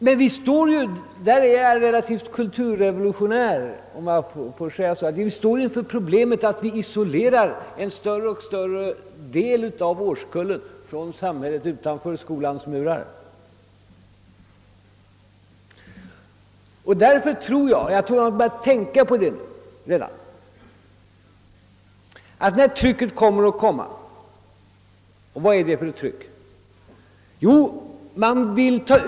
Vi står emellertid nu — och därvidlag är jag relativt kulturrevolutionär, om jag får använda det uttrycket — inför problemet att vi isolerar en större och större del av årskullen från samhället utanför skolans murar. Jag tror att man redan nu bör tänka på att trycket kommer också här. Vad är det då för ett tryck närmare bestämt?